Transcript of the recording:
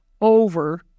over